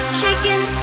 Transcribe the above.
shaking